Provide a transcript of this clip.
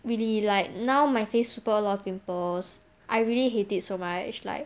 really like now my face super a lot of pimples I really hated so much like